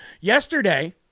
Yesterday